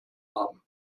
haben